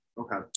Okay